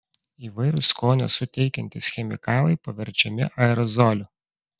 įvairūs skonio suteikiantys chemikalai paverčiami aerozoliu